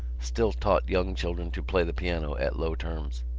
still taught young children to play the piano at low terms.